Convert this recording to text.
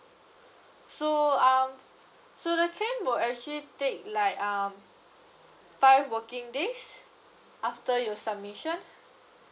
so um so the claim will actually take like um five working days after your submission